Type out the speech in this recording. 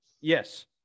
yes